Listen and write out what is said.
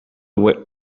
went